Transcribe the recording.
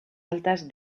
altas